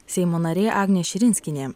seimo narė agnė širinskienė